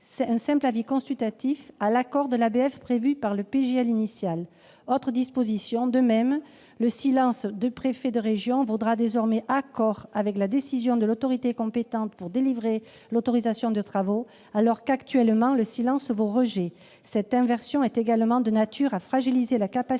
un simple avis consultatif à l'accord de l'ABF prévu par le projet de loi initial. Autre disposition qui nous gêne : le silence du préfet de région vaudra désormais acceptation de la décision de l'autorité compétente pour délivrer l'autorisation de travaux, alors que, actuellement, il vaut rejet. Cette inversion est également de nature à fragiliser la capacité d'intervention